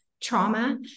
trauma